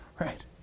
right